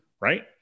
right